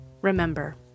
Remember